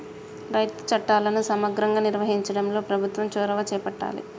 రైతు చట్టాలను సమగ్రంగా నిర్వహించడంలో ప్రభుత్వం చొరవ చేపట్టాలె